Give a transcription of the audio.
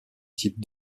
type